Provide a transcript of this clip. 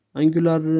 angular